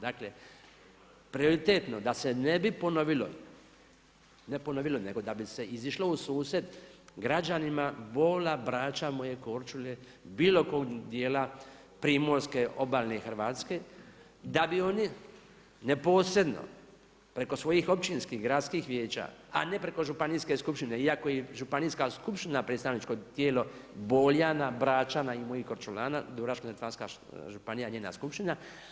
Dakle prioritetno da se ne bi ponovilo, ne ponovilo nego da bi se izišlo u susret građanima Bola, Brača, moje Korčule, bilo kog dijela primorske obalne Hrvatske, da bi oni neposredno preko svojih općinskih gradskih vijeća, a ne preko županijske skupštine, iako je i županijska skupština predstavničko tijelo Boljana, Bračana i mojih Korčulana Dubrovačko-neretvanska županija i njena skupština.